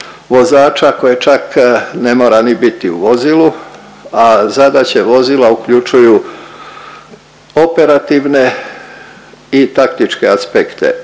koje čak ne mora ni biti u vozilu, a zadaće vozila uključuju operativne i taktičke aspekte.